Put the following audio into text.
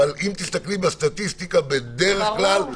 אבל אם תסתכלי בסטטיסטיקה בדרך כלל -- ברור.